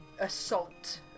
Assault